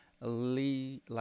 Lee